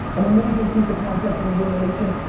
an amazing piece of content from the vaynernation.